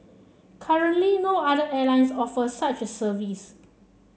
currently no other airlines offer such a service